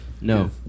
No